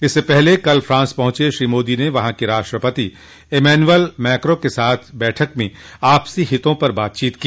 इससे पहले कल फ्रांस पहुंचे श्री मोदी ने वहां के राष्ट्रपति इमैन्युअल मैक्रॉ के साथ बैठक में आपसी हितों पर बातचीत की